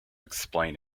explain